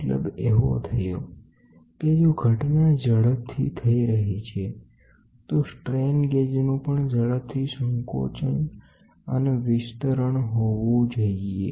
મતલબ એવો થયો કે જો ઘટના ઝડપથી થઇ રહી છે તો સ્ટ્રેન ગેજનું પણ ઝડપથી સંકોચન અને વિસ્તરણ હોવું જોઈએ